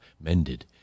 mended